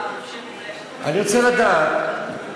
אני רוצה לדעת,